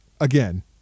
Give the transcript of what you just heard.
Again